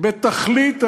בתכלית הניגוד,